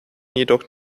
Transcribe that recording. jedoch